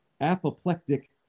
apoplectic